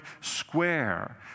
square